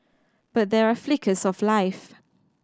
but there are flickers of life